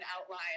outline